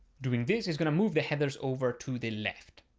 doing this is going to move the headers over to the left.